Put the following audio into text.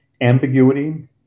ambiguity